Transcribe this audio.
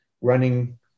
running